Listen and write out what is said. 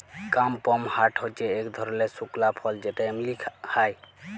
কাদপমহাট হচ্যে ইক ধরলের শুকলা ফল যেটা এমলি খায়